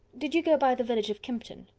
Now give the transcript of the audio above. did you go by the village of kympton?